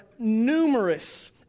numerous